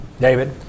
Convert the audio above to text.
David